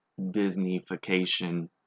Disneyfication